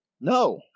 no